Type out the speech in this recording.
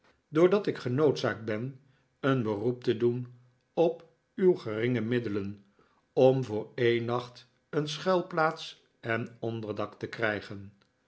doordat ik genoodzaakt ben een beroep te doen op uw geringe middelen om voor een nacht een schuilplaats en onderdak te krijgen